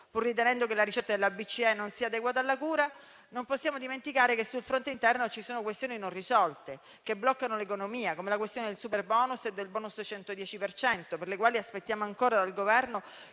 pur ritenendo che la ricetta della BCE non sia adeguata alla cura, non possiamo dimenticare che sul fronte interno ci sono questioni non risolte, che bloccano l'economia, come la questione del superbonus e del *bonus* 110 per cento, per le quali aspettiamo ancora dal Governo